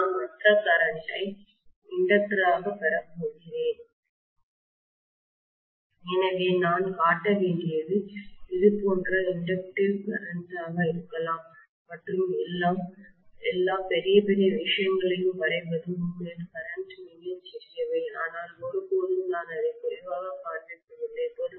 நான் மற்ற கரண்ட்டைஇண்டக்டராகப் பெறப் போகிறேன் எனவே நான் காட்ட வேண்டியது இது போன்ற இண்டக்டிவ்கரண்ட் ஆக இருக்கலாம் மற்றும் எல்லா பெரிய பெரிய விஷயங்களையும் வரைவது உண்மையில் கரண்ட் மிகச் சிறியவை ஆனால் ஒருபோதும் நான் அதைக் குறைவாக காண்பிப்பதில்லை